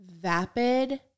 vapid